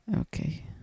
Okay